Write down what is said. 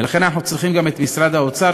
ולכן אנחנו צריכים גם את משרד האוצר,